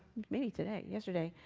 maybe today, yesterday